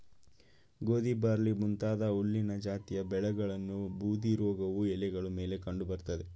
ಗೋಧಿ ಬಾರ್ಲಿ ಮುಂತಾದ ಹುಲ್ಲಿನ ಜಾತಿಯ ಬೆಳೆಗಳನ್ನು ಬೂದುರೋಗವು ಎಲೆಗಳ ಮೇಲೆ ಕಂಡು ಬರ್ತದೆ